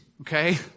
okay